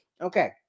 Okay